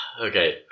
Okay